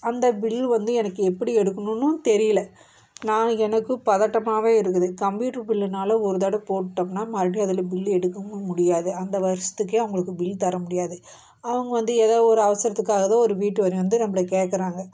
அந்த பில்லு வந்து எனக்கு எப்படி எடுக்கணும்னும் தெரியல நா எனக்கு பதட்டமாகவே இருக்குது கம்ப்யூட்ரு பில்லுனாலே ஒரு தடவை போட்டோம்னால் மறுபடி அதில் பில்லு எடுக்கவும் முடியாது அந்த வருஷத்துக்கே அவங்களுக்கு பில் தர முடியாது அவங்க வந்து ஏதோ ஒரு அவசரத்துக்காக ஏதோ ஒரு வீட்டு வரி வந்து நம்பளை கேட்கறாங்க